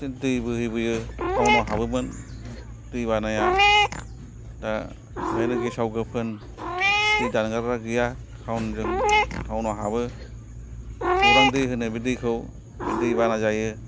दै बोहैबोयो टाउनआव हाबोमोन दै बानाया दा बेहायनो गेसाव गोफोन दै दानगारग्रा गैया टाउनजों टाउनआव हाबो गौरां दै होनो बे दैखौ बे दै बाना जायो